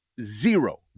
zero